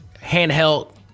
handheld